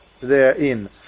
therein